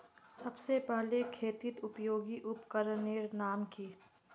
सबसे पहले खेतीत उपयोगी उपकरनेर नाम की?